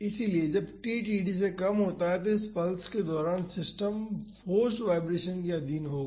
इसलिए जब t td से कम होता है तो इस पल्स के दौरान सिस्टम फोर्स्ड वाईब्रेशन के अधीन होगा